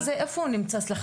איפה המאגר הזה נמצא?